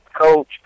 coach